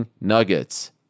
nuggets